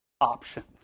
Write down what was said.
options